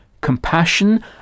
Compassion